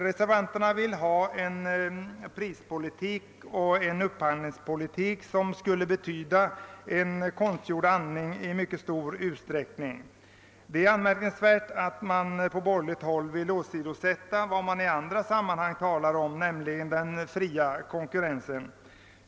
Reservanterna vill ha en prisoch upphandlingspolitik som skulle betyda något av konstgjord andning i stor utsträckning. Det är anmärkningsvärt att man på borgerligt håll vill gå emot vad man i andra sammanhang brukar tala så varmt för, nämligen den fria konkurrensen.